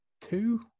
two